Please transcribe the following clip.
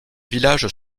village